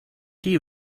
die